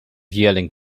yelling